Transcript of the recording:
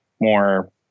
more